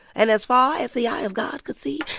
and as far as the eye of god could see,